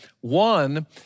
One